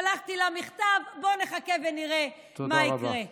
שלחתי לה מכתב, בואו נחכה ונראה מה יקרה.